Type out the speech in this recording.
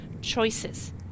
choices